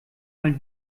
mal